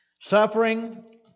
suffering